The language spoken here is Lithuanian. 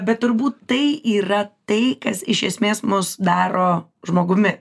bet turbūt tai yra tai kas iš esmės mus daro žmogumi